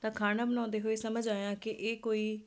ਤਾਂ ਖਾਣਾ ਬਣਾਉਂਦੇ ਹੋਏ ਸਮਝ ਆਇਆ ਕਿ ਇਹ ਕੋਈ